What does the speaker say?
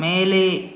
மேலே